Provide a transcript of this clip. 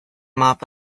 mop